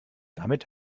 damit